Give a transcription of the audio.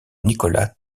nicolas